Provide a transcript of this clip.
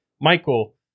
Michael